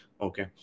Okay